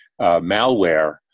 malware